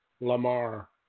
Lamar